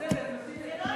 בסדר, בסדר.